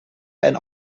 ein